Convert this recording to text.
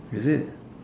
is it